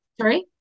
Sorry